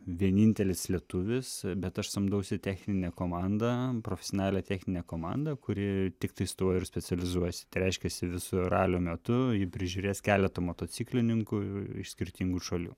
vienintelis lietuvis bet aš samdausi techninę komandą profesionalę techninę komandą kuri tiktais tuo ir specializuojasi tai reiškiasi viso ralio metu ji prižiūrės keletą motociklininkų iš skirtingų šalių